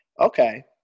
Okay